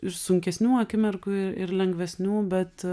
ir sunkesnių akimirkų ir lengvesnių bet